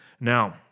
Now